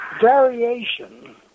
variation